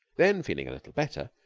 then, feeling a little better,